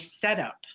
setup